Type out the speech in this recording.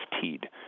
Teed